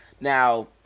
Now